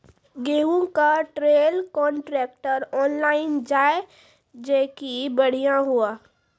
गेहूँ का trailer contractor online जाए जैकी बढ़िया हुआ